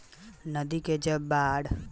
नदी मे जब बाढ़ आवेला तब नहर सभ मे गाद भर जाला